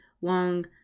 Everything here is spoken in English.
long